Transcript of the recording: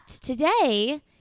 today